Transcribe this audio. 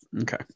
Okay